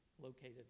located